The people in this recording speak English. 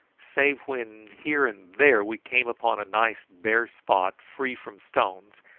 save when here and there we came upon a nice bare spot free from stones,